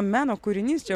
meno kūrinys čia